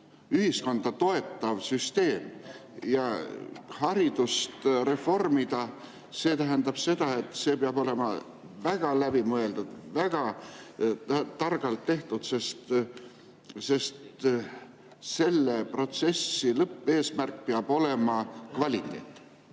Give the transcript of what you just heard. ühiskonda toetav süsteem. Kui haridust reformida, siis see tähendab seda, et see peab olema väga läbimõeldud, väga targalt tehtud, sest selle protsessi lõppeesmärk peab olema kvaliteet.